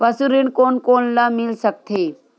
पशु ऋण कोन कोन ल मिल सकथे?